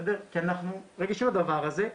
כי אנחנו רגישים לדבר הזה,